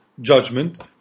judgment